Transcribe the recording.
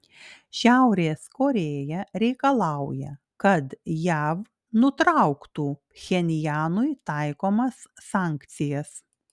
šiaurės korėja reikalauja kad jav nutrauktų pchenjanui taikomas sankcijas